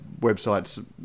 websites